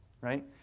right